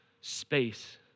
space